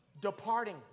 Departing